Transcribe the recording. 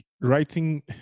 writing